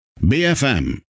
bfm